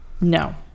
No